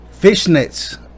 Fishnets